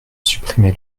supprimé